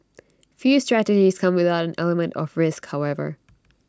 few strategies come without an element of risk however